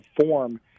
form